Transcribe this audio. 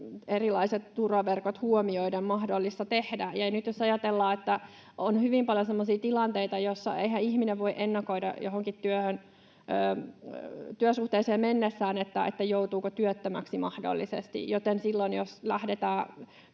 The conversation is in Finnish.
erilaiset turvaverkot huomioiden tehdä. Nyt jos ajatellaan, että on hyvin paljon semmoisia tilanteita, että eihän ihminen voi ennakoida johonkin työsuhteeseen mennessään, joutuuko mahdollisesti työttömäksi, niin silloin jos lähdetään